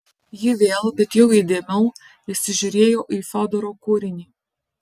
ji vėl bet jau įdėmiau įsižiūrėjo į fiodoro kūrinį